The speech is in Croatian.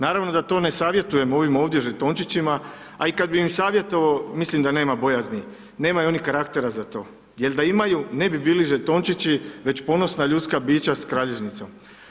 Naravno da to ne savjetujem ovim ovdje žetončićima, a i kad bi im savjetovao mislim da nema bojazni, nemaju oni karaktera za to, jer da imaju ne bi bili žetončići već ponosna ljudska bića s kralježnicom.